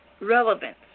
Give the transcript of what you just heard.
relevance